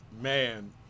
man